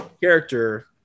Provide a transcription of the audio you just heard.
character